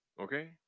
okay